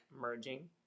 merging